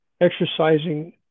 exercising